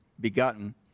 begotten